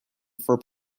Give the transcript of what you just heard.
for